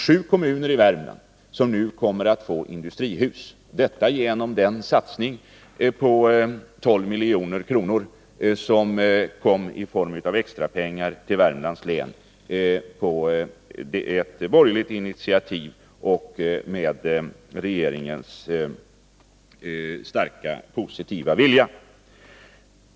Sju kommuner i Värmland kommer nu att få industrihus genom den satsning på 12 milj.kr. i form av extrapengar till Värmland, vilken kom till stånd på ett borgerligt initiativ och tack vare regeringens starka positiva vilja.